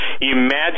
Imagine